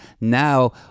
now